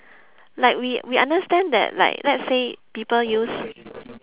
like we we understand that like let's say people use